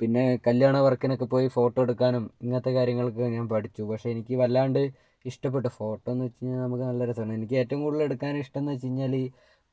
പിന്നെ കല്യാണ വർക്കിനൊക്കെ പോയി ഫോട്ടോ എടുക്കാനും ഇങ്ങനത്തെ കാര്യങ്ങൾകൊക്കെ ഞാൻ പഠിച്ചു പക്ഷെ എനിക്ക് വല്ലാണ്ട് ഇഷ്ടപ്പെട്ട ഫോട്ടോ എന്നു വച്ചു കഴിഞ്ഞാൽ നമുക്ക് നല്ല രസമാണ് എനിക്ക് ഏറ്റവും കൂടുതൽ എടുക്കാൻ ഇഷ്ടം എന്ന് വച്ചു കഴിഞ്ഞാൽ